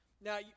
Now